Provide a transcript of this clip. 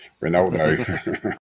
Ronaldo